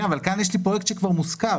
כן, אבל כאן יש לי פרויקט שכבר מושכר.